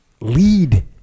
lead